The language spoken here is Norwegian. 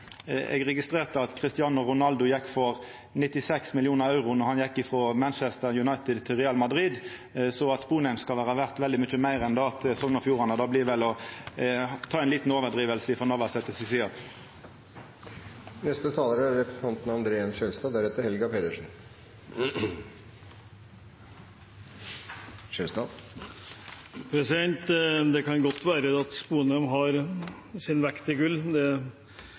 Eg registrerte at Christiano Ronaldo gjekk for 96 millionar euro då han gjekk frå Manchester United til Real Madrid. At Sponheim skal vera verdt veldig mykje meir enn det – til Sogn og Fjordane – blir vel ei lita overdriving frå representanten Navarsete si side. Det kan godt være at Lars Sponheim er verdt sin vekt i gull – det